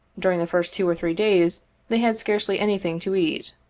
during the first two or three days they had scarcely anything to eat.